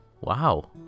wow